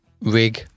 rig